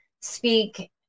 speak